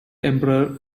emperor